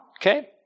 Okay